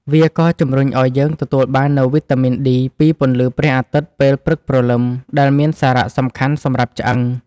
វាក៏ជម្រុញឲ្យយើងទទួលបាននូវវីតាមីន D ពីពន្លឺព្រះអាទិត្យពេលព្រឹកព្រលឹម ដែលមានសារៈសំខាន់សម្រាប់ឆ្អឹង។